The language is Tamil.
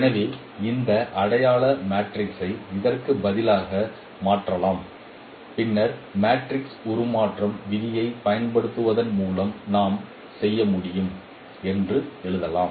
எனவே இந்த அடையாள மேட்ரிக்ஸை இதற்கு பதிலாக மாற்றலாம் பின்னர் மேட்ரிக்ஸ் உருமாறும் விதியைப் பயன்படுத்துவதன் மூலம் நாம் செய்ய முடியும் என்று எழுதலாம்